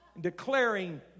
Declaring